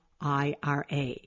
IRA